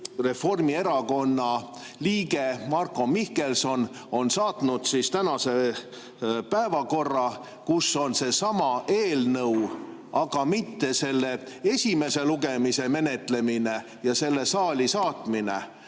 Reformierakonna liige Marko Mihkelson. On saadetud tänane päevakord, kus on seesama eelnõu, aga mitte selle esimese lugemise menetlemine ja selle saali saatmine,